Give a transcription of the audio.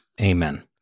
Amen